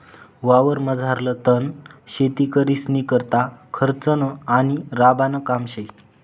वावरमझारलं तण शेतकरीस्नीकरता खर्चनं आणि राबानं काम शे